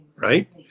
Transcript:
right